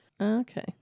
Okay